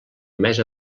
més